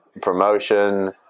promotion